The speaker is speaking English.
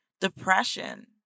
depression